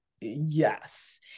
yes